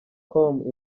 com